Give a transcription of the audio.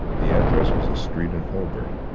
the address was a street in holborn.